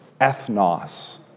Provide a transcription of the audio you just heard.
ethnos